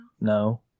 No